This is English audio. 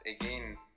again